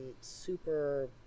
super